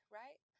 right